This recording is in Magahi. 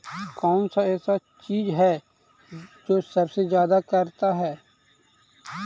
कौन सा ऐसा चीज है जो सबसे ज्यादा करता है?